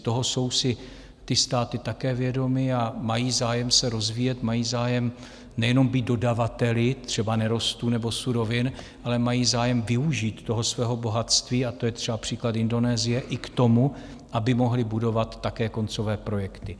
Toho jsou si ty státy také vědomy a mají zájem se rozvíjet, mají zájem nejenom být dodavateli třeba nerostů nebo surovin, ale mají zájem využít toho svého bohatství, a to je třeba příklad Indonésie, i k tomu, aby mohly budovat také koncové projekty.